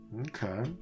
Okay